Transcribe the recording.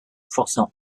forçant